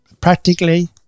practically